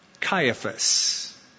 Caiaphas